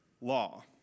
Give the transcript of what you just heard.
law